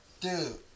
Dude